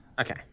Okay